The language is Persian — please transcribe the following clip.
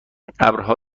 ابرها